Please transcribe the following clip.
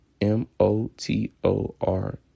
M-O-T-O-R